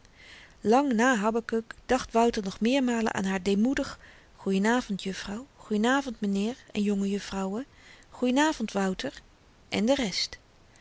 lang na habakuk dacht wouter nog meermalen aan haar deemoedig goeien avend juffrouw goeien avend m'nheer en jonge juffrouwen goeien avend wouter en de rest